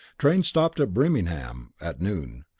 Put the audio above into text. train stopped at birmingham at noon.